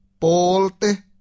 polte